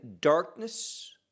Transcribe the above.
darkness